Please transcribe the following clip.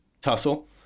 tussle